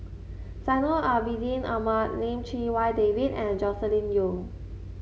Zainal Abidin Ahmad Lim Chee Wai David and Joscelin Yeo